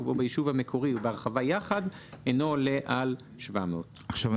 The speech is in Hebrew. או ביישוב המקורי ובהרחבה יחד אינו עולה על 700". עכשיו,